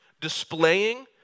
displaying